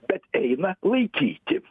bet eina laikyti